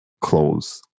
close